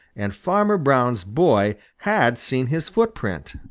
and farmer brown's boy had seen his footprint.